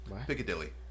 Piccadilly